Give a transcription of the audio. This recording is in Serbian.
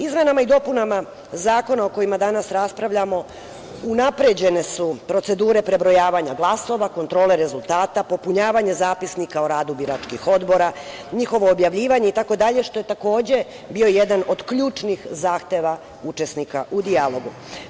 Izmenama i dopunama zakona o kojima danas raspravljamo unapređene su procedure prebrojavanja glasova, kontrole rezultata, popunjavanje zapisnika o radu biračkih odbora, njihovo objavljivanje itd, što je takođe bio jedan od ključnih zahteva učesnika u dijalogu.